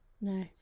No